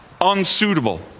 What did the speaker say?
unsuitable